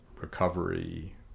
recovery